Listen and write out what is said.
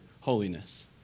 holiness